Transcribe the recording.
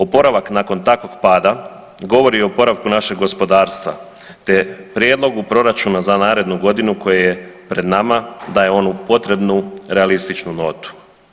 Oporavak nakon takvog pada govori o oporavku našeg gospodarstva te prijedlogu proračuna za narednu godinu koji je pred nama daje onu potrebnu realističnu notu.